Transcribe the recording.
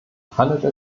handelte